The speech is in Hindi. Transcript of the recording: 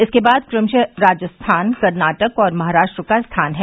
इसके बाद क्रमशः राजस्थान कर्नाटक और महाराष्ट्र का स्थान है